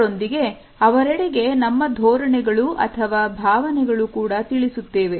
ಇದರೊಂದಿಗೆ ಅವರೆಡೆಗೆ ನಮ್ಮ ಧೋರಣೆಗಳು ಹಾಗೂ ಭಾವನೆಗಳನ್ನು ಕೂಡ ತಿಳಿಸುತ್ತೇವೆ